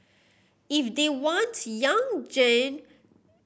if they want young gen